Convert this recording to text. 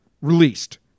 Released